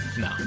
no